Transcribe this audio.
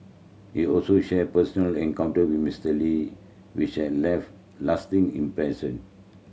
he also shared personal encounter with Mister Lee which have left lasting impression